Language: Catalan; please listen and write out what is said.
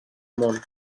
món